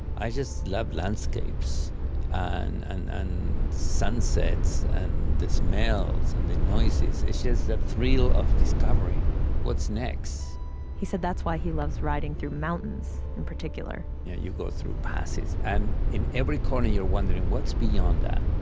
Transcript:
i just love landscapes and and sunsets and the smells and the noises. it's just that thrill of discovering what's next he said that's why he loves riding through mountains in particular yeah you go through passes. and in every corner, you're wondering, what's beyond that?